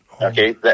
Okay